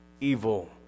evil